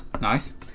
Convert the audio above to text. Nice